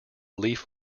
leaf